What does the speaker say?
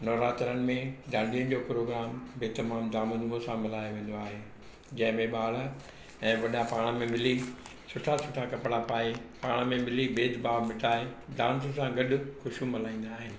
नवरात्रनि में डांडियनि जो प्रोग्राम बि तमामु धाम धूम सां मल्हायो वेंदो आहे जंहिं में ॿार ऐं वॾा पाण में मिली सुठा सुठा कपिड़ा पाए पाण में मिली भेदभाव मिटाए धाम धूम सां गॾु ख़ुशियूं मल्हाईंदा आहिनि